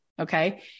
okay